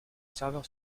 serveur